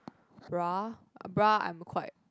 bra bra I'm quite